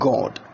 God